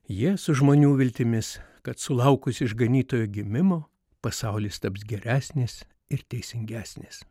jie su žmonių viltimis kad sulaukus išganytojo gimimo pasaulis taps geresnis ir teisingesnis